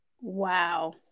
wow